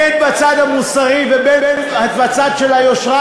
הן בצד המוסרי והן בצד של היושרה,